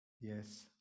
Yes